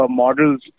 models